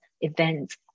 events